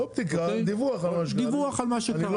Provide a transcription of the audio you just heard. לא בדיקה, דיווח על מה שקרה.